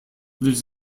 lives